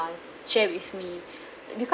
share with me because